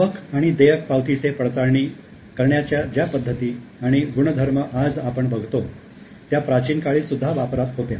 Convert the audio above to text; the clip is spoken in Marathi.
आवक आणि देयक पावतीचे पडताळणी करण्याच्या ज्या पद्धती आणि गुणधर्म आज आपण बघतो त्या प्राचीन काळी सुद्धा वापरात होत्या